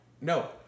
No